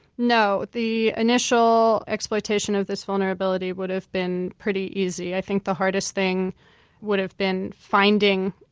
no. the initial exploitation of this vulnerability would have been pretty easy. i think the hardest thing would have been finding,